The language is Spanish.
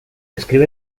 escribe